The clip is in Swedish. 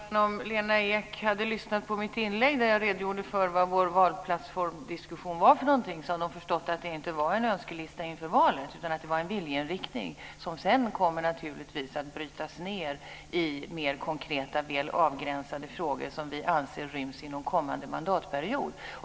Fru talman! Om Lena Ek hade lyssnat på mitt inlägg, där jag redogjorde för vad vår valplattformsdiskussion var för något, hade hon förstått att det inte var någon önskelista inför valet utan att det var en viljeinriktning som sedan naturligtvis kommer att brytas ned i mer konkreta, väl avgränsade frågor som vi anser ryms inom kommande mandatperiod.